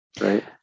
right